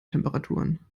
temperaturen